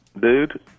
dude